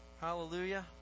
Hallelujah